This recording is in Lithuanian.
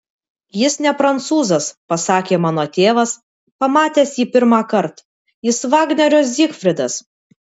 jis ne prancūzas pasakė mano tėvas pamatęs jį pirmąkart jis vagnerio zygfridas